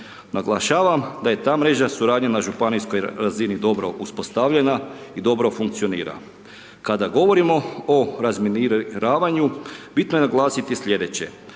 Naglašavam da je ta mreža suradnje na županijskoj razini dobro uspostavljena i dobro funkcionira. Kada govorimo o razminiravanju, bitno je naglasiti slijedeće.